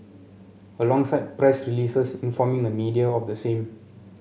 alongside press releases informing the media of the same